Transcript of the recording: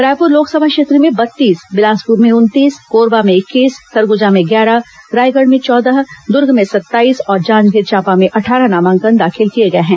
रायपुर लोकसभा क्षेत्र में बत्तीस बिलासपुर में उनतीस कोरबा में इक्कीस सरगुजा में ग्यारह रायगढ़ में चौदह दुर्ग में सत्ताईस और जांजगीर चांपा में अट्ठारह नामांकन दाखिल किए गए हैं